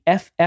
FF